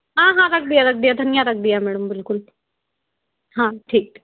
हाँ हाँ रख दिया रख दिया धनिया रख दिया मैडम बिल्कुल हाँ ठीक